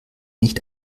nicht